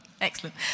excellent